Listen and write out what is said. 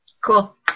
Cool